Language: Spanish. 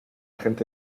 agente